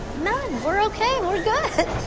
none! we're okay, we're good.